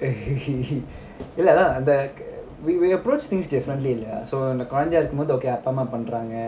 இல்லஅதான்:illa athan we we approach things differently lah so குழந்தையாஇருக்கும்போதுஅப்பாஅம்மாஇருக்காங்கஜாலியாஇருக்கலாம்:kuladhaiyaa irukkumpodu appa amma irukkanga